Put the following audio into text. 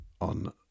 on